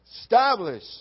establish